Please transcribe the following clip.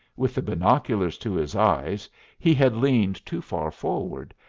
with the binoculars to his eyes he had leaned too far forward,